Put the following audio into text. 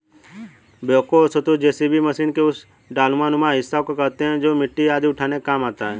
backhoe वस्तुतः JCB machine के उस डालानुमा हिस्सा को कहते हैं जो मिट्टी आदि उठाने के काम आता है